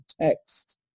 text